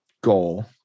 goal